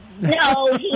No